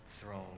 throne